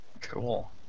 Cool